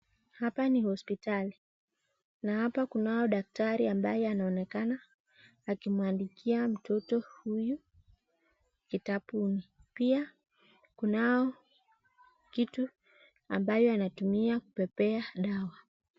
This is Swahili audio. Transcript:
Hapa ni hosipitali na hapa kunao daktari ambaye anaonekana akimuandikia mtoto huyu kitabuni pia kunao kitu ambayo anatumia kubebea dawa.